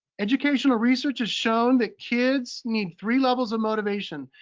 educational research has shown that kids need three levels of motivation.